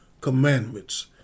commandments